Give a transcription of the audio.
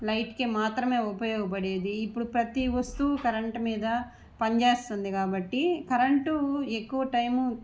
లైట్కి మాత్రమే ఉపయోగపడేది ఇప్పుడు ప్రతీ వస్తువు కరెంటు మీద పనిచేస్తుంది కాబట్టి కరెంటు ఎక్కువ టైం